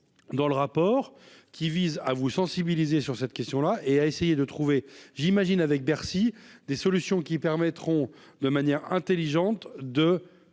dans le rapport, qui vise à vous sensibiliser sur cette question là et à essayer de trouver, j'imagine avec Bercy, des solutions qui permettront de manière intelligente de